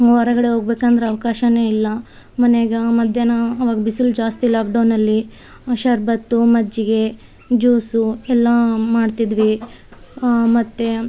ಹೊರಗಡೆ ಹೋಗ್ಬೇಕಂದ್ರೆ ಅವ್ಕಾಶ ಇಲ್ಲ ಮನೇಗ ಮಧ್ಯಾಹ್ನ ಆವಾಗ ಬಿಸಿಲು ಜಾಸ್ತಿ ಲಾಕ್ಡೌನ್ನಲ್ಲಿ ಶರಬತ್ತು ಮಜ್ಜಿಗೆ ಜ್ಯೂಸು ಎಲ್ಲ ಮಾಡ್ತಿದ್ವಿ ಮತ್ತು